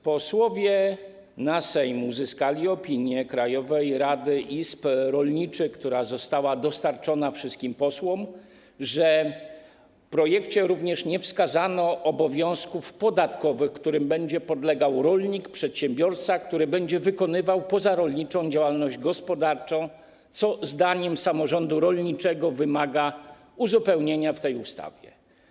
Posłowie na Sejm uzyskali opinię Krajowej Rady Izb Rolniczych, która została dostarczona wszystkim posłom, że w projekcie również nie wskazano obowiązków podatkowych, którym będzie podlegał rolnik, przedsiębiorca, który będzie wykonywał pozarolniczą działalność gospodarczą, co zdaniem samorządu rolniczego wymaga uzupełnienia w tej ustawie.